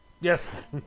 Yes